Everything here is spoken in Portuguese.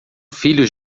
filhos